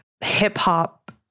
hip-hop